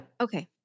okay